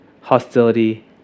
hostility